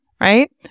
right